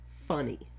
funny